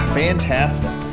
fantastic